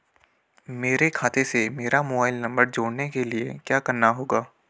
मेरे खाते से मेरा मोबाइल नम्बर जोड़ने के लिये क्या करना होगा?